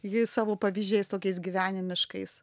ji savo pavyzdžiais tokiais gyvenimiškais